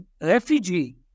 refugee